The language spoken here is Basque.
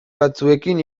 batzuekin